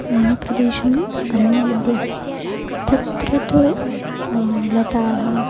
मम प्रदेशम् अरण्यमध्ये अस्ति तत्र तु लताः